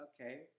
okay